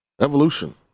evolution